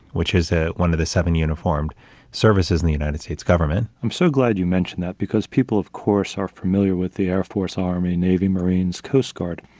which is ah one of the seven uniformed services in the united states government. i'm so glad you mentioned that because people, of course, are familiar with the air force, army, navy, marines coast guard,